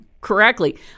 correctly